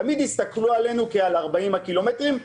תמיד יסתכלו עלינו כעל 40 הקילומטרים.